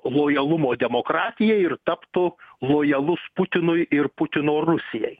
lojalumo demokratija ir taptų lojalus putinui ir putino rusijai